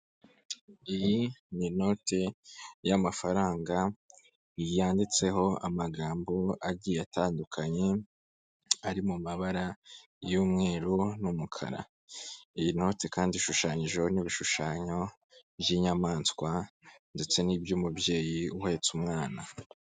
Iyi ni inoti y'amafaranga yanditseho amagambo agiye atandukanye ari mu mabara y'umweru n'umukara. Iyi noti kandi ishushanyijeho n'ibishushanyo by'inyamaswa ndetse n'iby'umubyeyi uhetse umwana.